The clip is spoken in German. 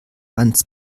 ans